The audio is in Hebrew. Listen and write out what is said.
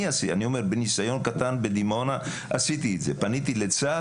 בניסיון קטן בדימונה עשיתי את זה פניתי לצה"ל